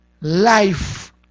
Life